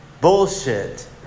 bullshit